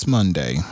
Monday